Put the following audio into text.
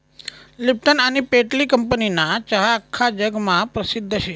Lipton आनी पेटली कंपनीना चहा आख्खा जगमा परसिद्ध शे